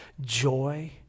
joy